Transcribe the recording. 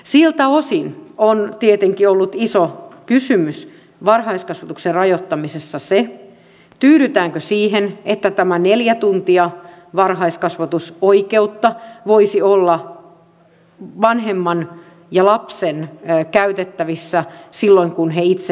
siltä osin on tietenkin ollut iso kysymys varhaiskasvatuksen rajoittamisessa se tyydytäänkö siihen että tämä neljä tuntia varhaiskasvatusoikeutta voisi olla vanhemman ja lapsen käytettävissä silloin kun he itse haluavat vai ei